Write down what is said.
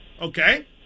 Okay